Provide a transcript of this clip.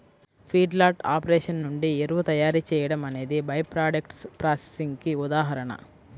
feedlot operation నుండి ఎరువు తయారీ చేయడం అనేది బై ప్రాడక్ట్స్ ప్రాసెసింగ్ కి ఉదాహరణ